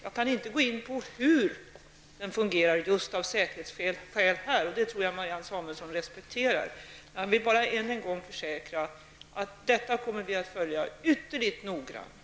Jag kan, just av säkerhetsskäl, inte gå in på hur säkerhetsorganisationen fungerar. Det tror jag att Marianne Samuelsson respekterar. Jag vill bara än en gång försäkra att vi kommer att följa detta ytterligt noggrant.